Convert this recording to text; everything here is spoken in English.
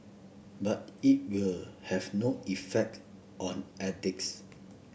but it will have no effect on addicts